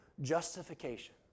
justification